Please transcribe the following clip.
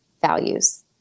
values